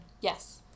Yes